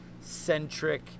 centric